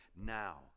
now